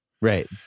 Right